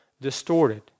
distorted